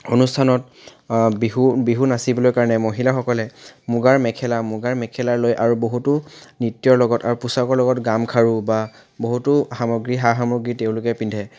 অনুষ্ঠানত বিহু বিহু নাচিবলৈ কাৰণে মহিলাসকলে মুগাৰ মেখেলা মুগাৰ মেখেলা লয় আৰু বহুতো নৃত্যৰ লগত আৰু পোছাকৰ লগত গামখাৰু বা বহুতো সামগ্ৰী সা সামগ্ৰী তেওঁলোকে পিন্ধে